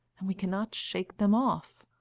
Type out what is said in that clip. and we cannot shake them off.